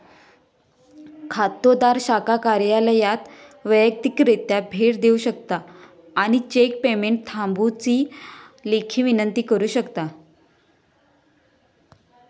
खातोदार शाखा कार्यालयात वैयक्तिकरित्या भेट देऊ शकता आणि चेक पेमेंट थांबवुची लेखी विनंती करू शकता